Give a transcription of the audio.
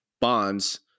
bonds